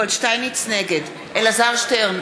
נגד אלעזר שטרן,